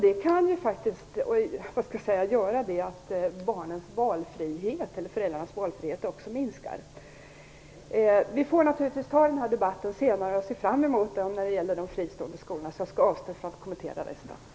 Det kan faktiskt göra att föräldrarnas valfrihet minskar. Vi får naturligtvis ta den här debatten senare. Jag ser fram emot att diskutera de fristående skolorna. Jag skall därför avstå från att kommentera dem nu.